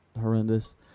horrendous